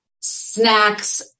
snacks